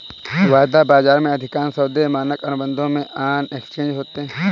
वायदा बाजार में, अधिकांश सौदे मानक अनुबंधों में ऑन एक्सचेंज होते हैं